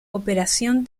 operación